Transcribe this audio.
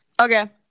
Okay